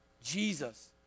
Jesus